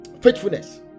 Faithfulness